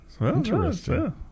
Interesting